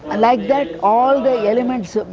and like that, all the elements,